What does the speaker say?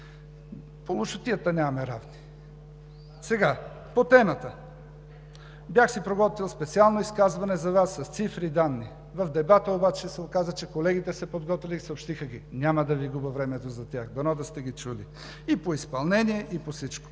По лошотията нямаме равни. По темата. Бях си приготвил специално изказване за Вас с цифри и данни. В дебата обаче се оказа, че колегите са се подготвили, съобщиха ги. Няма да Ви губя времето за тях, дано да сте ги чули и по изпълнение, и по всичко.